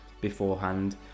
beforehand